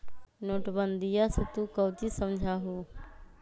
नोटबंदीया से तू काउची समझा हुँ?